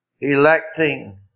electing